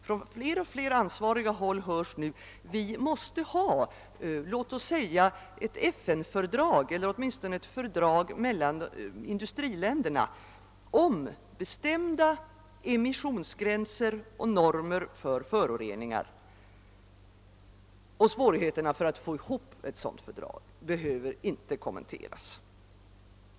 Från allt fler ansvariga håll hörs nu: »Vi måste ha ett FN-fördrag eller åtminstone ett fördrag mellan industriländerna om bestämda emissionsgränser och normer för föroreningar.» Svårigheterna att få ihop ett sådant fördrag behöver inte kommenteras.